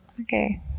Okay